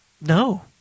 No